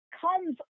comes